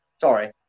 Sorry